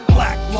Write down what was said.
Black